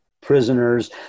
prisoners